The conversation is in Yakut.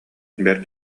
бэрт